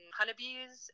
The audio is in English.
honeybees